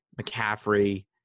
McCaffrey